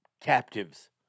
captives